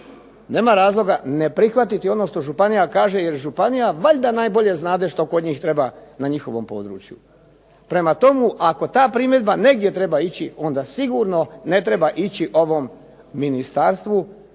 nema razloga ne prihvatiti ono što županija kaže, jer županija valjda najbolje znade što kod njih treba na njihovom području. Prema tome, ako ta primjedba negdje treba ići, onda sigurno ne treba ići ovom ministarstvu